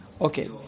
okay